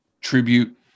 tribute